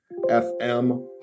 FM